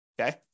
Okay